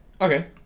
Okay